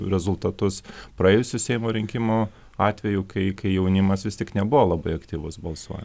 rezultatus praėjusių seimo rinkimų atveju kai kai jaunimas vis tik nebuvo labai aktyvus balsuojant